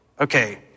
okay